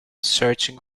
searching